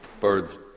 Birds